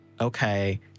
Okay